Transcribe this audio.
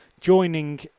joining